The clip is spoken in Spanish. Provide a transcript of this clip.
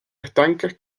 estanques